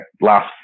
last